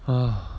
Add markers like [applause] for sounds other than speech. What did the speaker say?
[noise]